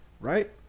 right